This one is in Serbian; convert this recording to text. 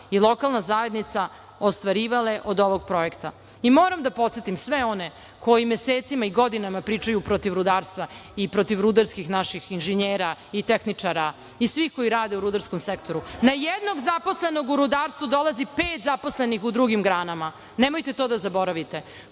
i lokalna zajednica ostvarivale od ovog projekta. Moram da podsetim sve one koji mesecima i godinama pričaju protiv rudarstva i protiv naših rudarskih inženjera i tehničara i svih koji rade u rudarskom sektoru. Na jednog zaposlenog u rudarstvu dolazi pet zaposlenih u drugim granama. Nemojte to da zaboravite